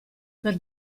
per